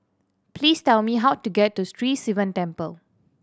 please tell me how to get to Sri Sivan Temple